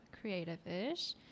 Creative-ish